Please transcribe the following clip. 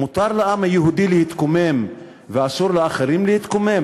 מותר לעם היהודי להתקומם ואסור לאחרים להתקומם?